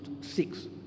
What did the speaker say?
six